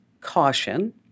caution